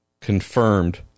confirmed